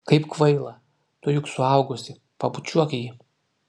kaip kvaila tu juk suaugusi pabučiuok jį